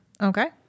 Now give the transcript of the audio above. Okay